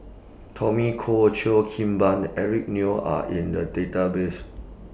Tommy Koh Cheo Kim Ban Eric Neo Are in The Database